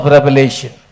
Revelation